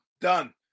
done